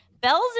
Bells